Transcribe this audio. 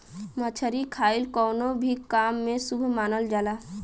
मछरी खाईल कवनो भी काम में शुभ मानल जाला